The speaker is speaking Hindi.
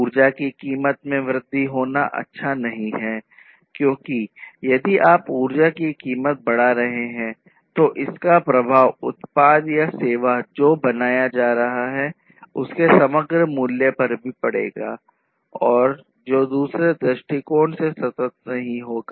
ऊर्जा की कीमत में वृद्धि होना अच्छा नहीं है क्योंकि यदि आप ऊर्जा की कीमत बढ़ा रहे हैं तो इसका प्रभाव उत्पाद या सेवा जो बनाया जा रहा है उसके समग्र मूल्य पर भी पड़ेगा और जो दूसरे दृष्टिकोण से सतत नहीं होगा